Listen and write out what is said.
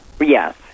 Yes